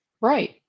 Right